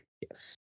Yes